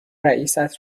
رئیست